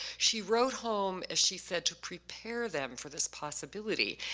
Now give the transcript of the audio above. she wrote home, as she said, to prepare them for this possibility.